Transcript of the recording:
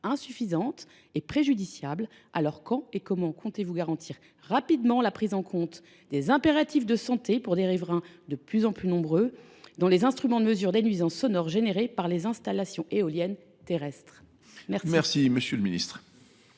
insuffisante et préjudiciable, quand et comment comptez vous garantir rapidement la prise en compte des impératifs de santé pour les riverains, qui sont de plus en plus nombreux, dans les instruments de mesure des nuisances sonores provoquées par les installations éoliennes terrestres ? La